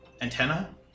antenna